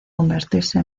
convertirse